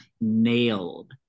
nailed